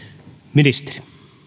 ministeri